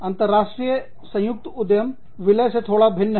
अंतरराष्ट्रीय संयुक्त उद्यम विलय से थोड़ा भिन्न है